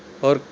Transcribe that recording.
اور